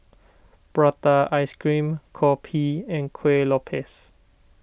Prata Ice Cream Kopi and Kuih Lopes